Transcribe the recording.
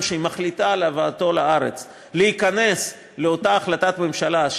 שהיא מחליטה להביא לארץ כמי שייכנס למסגרת אותה החלטת ממשלה,